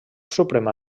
suprema